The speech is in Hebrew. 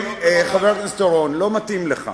חבר הכנסת אורון, לא מתאים לך